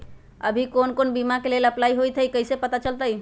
अभी कौन कौन बीमा के लेल अपलाइ होईत हई ई कईसे पता चलतई?